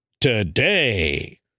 today